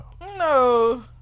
No